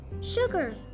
sugar